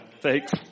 Thanks